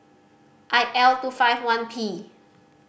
I L two five one P